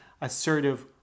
assertive